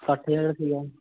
ਇਕੱਠ ਜਿਹਾ ਜਾ ਸੀਗਾ